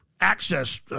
access